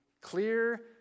clear